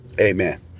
Amen